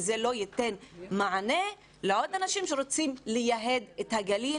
שלא ייתן מענה לעוד אנשים שרוצים לייהד את הגליל.